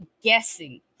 guessing